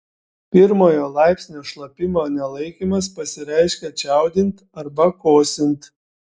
pirmojo laipsnio šlapimo nelaikymas pasireiškia čiaudint arba kosint